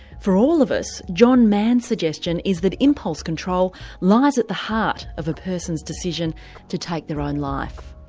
for all of us, john mann's suggestion is that impulse control lies at the heart of a person's decision to take their own life.